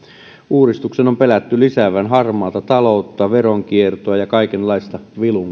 uudistuksen on pelätty lisäävän harmaata taloutta veronkiertoa ja kaikenlaista vilunkipeliä